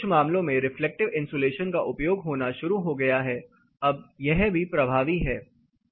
कुछ मामलों में रिफ्लेक्टिव इन्सुलेशन का उपयोग होना शुरू हो गया हैं अब यह भी प्रभावी है